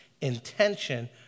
intention